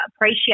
appreciate